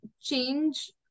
change